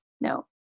No